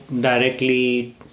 directly